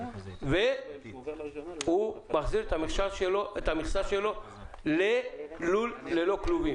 והוא מחזיר את המכסה שלו ללול ללא כלובים.